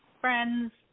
friends